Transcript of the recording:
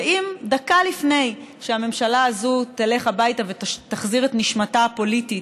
ואם דקה לפני שהממשלה הזו תלך הביתה ותחזיר את נשמתה הפוליטית,